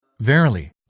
Verily